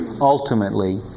ultimately